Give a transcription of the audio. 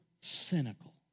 cynical